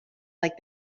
like